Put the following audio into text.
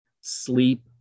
sleep